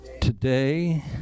today